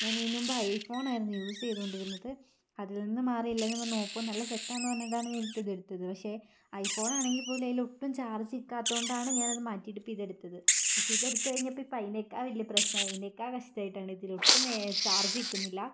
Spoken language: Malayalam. ഞാൻ ഇതിനു മുമ്പ് ഐ ഫോണായിരുന്നു യൂസ് ചെയ്തുകൊണ്ടിരുന്നത് അതിൽ നിന്ന് മാറി എല്ലാവരും പറഞ്ഞു ഓപ്പോ നല്ല സെറ്റാണെന്ന് പറഞ്ഞിട്ടാണ് ഞാൻ ഇപ്പം ഇത് എടുത്തത് പക്ഷെ ഐഫോൺ ആണെങ്കിൽ പോലും അതിൽ ഒട്ടും ചാർജ് നിൽക്കാത്തതുകൊണ്ടാണ് ഞാൻ അത് മാറ്റിയിട്ട് ഇപ്പം ഇതെടുത്തത് പക്ഷെ ഇത് എടുത്ത് കഴിഞ്ഞപ്പം ഇപ്പം അതിനേക്കാൾ വലിയ പ്രശ്നമായി അതിനേക്കാൾ കഷ്ടാമായിട്ടാണ് ഇതിൽ ഒട്ടും തന്നെ ചാർജ് നിൽക്കുന്നില്ല